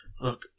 Look